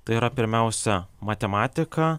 tai yra pirmiausia matematika